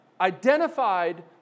identified